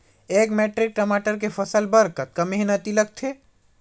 एक मैट्रिक टमाटर के फसल बर कतका मेहनती लगथे?